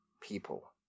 people